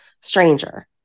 stranger